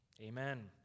Amen